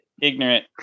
ignorant